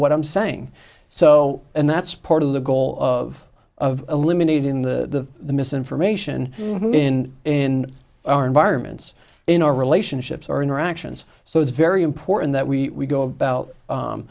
what i'm saying so and that's part of the goal of of eliminating the misinformation in in our environments in our relationships our interactions so it's very important that we go about